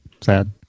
sad